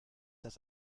das